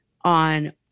on